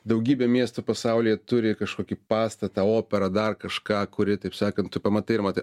daugybė miestų pasaulyje turi kažkokį pastatą operą dar kažką kuri taip sakant tu pamatai ir matai